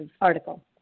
article